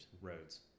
roads